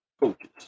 coaches